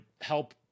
help